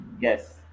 Yes